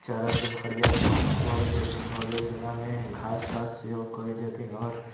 चारा सब हरियर खुअबै छथिन भऽ गेल जेनामे घास तास सेहो करै छथिन आओर